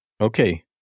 Okay